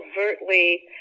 overtly